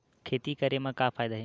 खेती करे म का फ़ायदा हे?